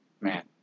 man